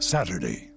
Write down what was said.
Saturday